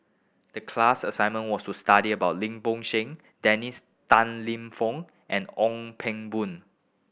the class assignment was to study about Lim Bo Seng Dennis Tan Lip Fong and Ong Ping Boon